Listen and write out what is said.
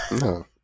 No